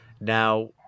Now